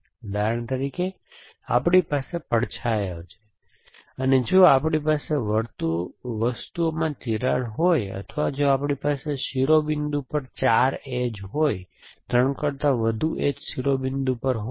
ઉદાહરણ તરીકે આપણી પાસે પડછાયાઓ છે પછી જો આપણી પાસે વસ્તુઓમાં તિરાડો હોય અથવા જો આપણી પાસે શિરોબિંદુ પર 4 એજ હોય 3 કરતાં વધુ એજ શિરોબિંદુ પર હોય